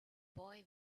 boy